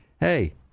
hey